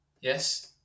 Yes